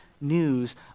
news